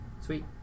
Sweet